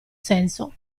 senso